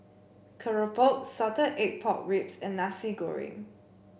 Keropok Salted Egg Pork Ribs and Nasi Goreng